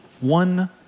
one